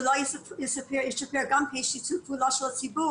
אולי זה ישפר גם את שיתוף הפעולה של הציבור